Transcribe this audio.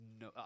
no